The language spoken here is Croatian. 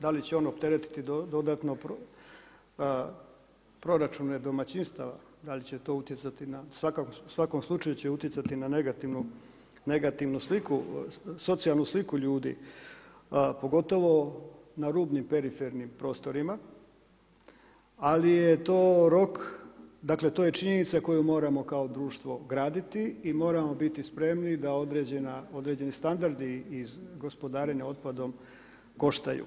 Da li će on opteretiti dodatno proračune domaćinstava, da li će to utjecati, u svakom slučaju će utjecati na negativnu socijalnu sliku ljudi, pogotovo na rubnim perifernim prostorima, ali je to rok, dakle, to je činjenica koju moramo kao društvo graditi i moramo biti spremni da određeni standardi iz gospodarenja otpadom koštaju.